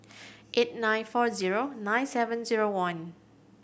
eight nine four zero nine seven zero one